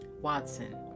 Watson